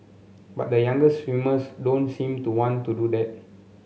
but the younger swimmers don't seem to want to do that